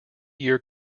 year